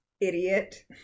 idiot